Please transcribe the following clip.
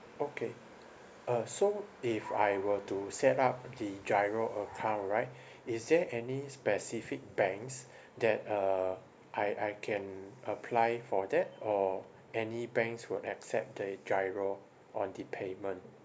okay uh so if I were to set up the GIRO account right is there any specific banks that uh I I can apply for that or any banks would accept the GIRO on the payment